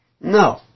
No